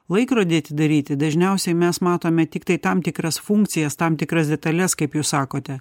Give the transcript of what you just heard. laikrodį atidaryti dažniausiai mes matome tiktai tam tikras funkcijas tam tikras detales kaip jūs sakote